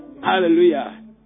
Hallelujah